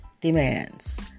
demands